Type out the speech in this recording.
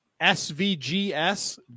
SVGS